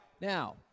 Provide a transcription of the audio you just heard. Now